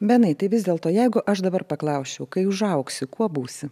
benai tai vis dėlto jeigu aš dabar paklausčiau kai užaugsi kuo būsi